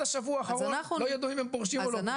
השבוע האחרון לא ידעו אם הם פורשים או לא פורשים.